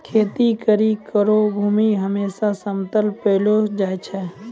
खेती करै केरो भूमि हमेसा समतल पैलो जाय छै